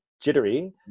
jittery